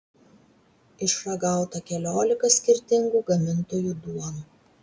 išragauta keliolika skirtingų gamintojų duonų